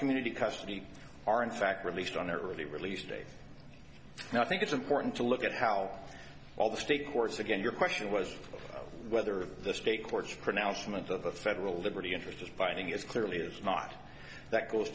community custody are in fact released on their early release date now i think it's important to look at how all the state courts again your question was whether the state courts pronouncement of the federal liberty interest is binding is clearly is not that goes